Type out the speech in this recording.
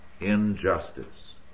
injustice